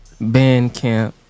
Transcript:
bandcamp